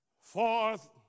Fourth